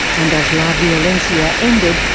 and as la violencia ended,